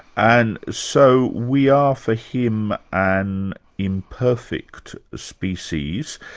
and so we are for him, an imperfect species,